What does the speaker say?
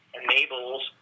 enables